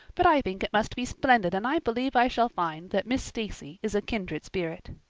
but i think it must be splendid and i believe i shall find that miss stacy is a kindred spirit.